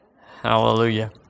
Hallelujah